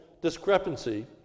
discrepancy